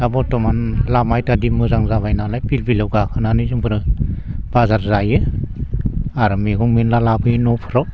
दा बर्थमान लामा इथादि मोजां जाबायनालाय फिरफिलियाव गाखोनानै जोंफोरो बाजार जायो आरो मैगं मैला लाबोयो न'फोराव